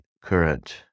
current